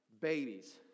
Babies